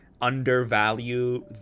undervalue